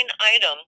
item